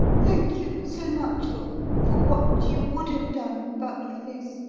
thank you so much for for what you would have done but for this.